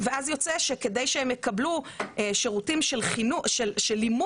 ואז יוצא שכדי שהם יקבלו שירותים של לימוד,